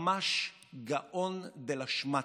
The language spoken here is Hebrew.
ממש גאון דלשמטע.